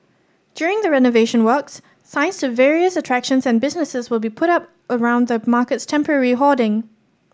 during the renovation works signs to various attractions and businesses will be put up around the market's temporary hoarding